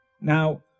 Now